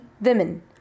women